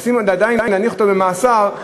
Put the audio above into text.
עדיין להניח אותם במאסר,